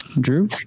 Drew